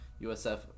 usf